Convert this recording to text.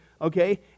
okay